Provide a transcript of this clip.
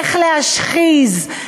איך להשחיז,